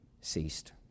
ceased